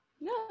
No